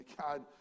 god